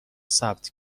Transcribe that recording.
ثبت